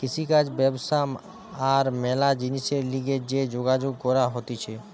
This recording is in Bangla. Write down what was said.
কৃষিকাজ ব্যবসা আর ম্যালা জিনিসের লিগে যে যোগাযোগ করা হতিছে